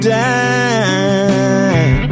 die